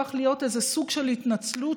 הפך להיות איזה סוג של התנצלות,